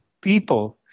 people